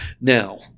Now